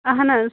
اَہَن حظ